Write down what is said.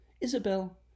Isabel